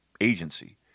agency